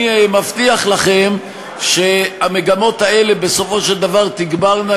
ואני מבטיח לכם שהמגמות האלה בסופו של דבר תגברנה,